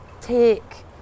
take